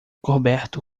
coberto